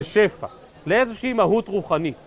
לשפע, לאיזושהי מהות רוחנית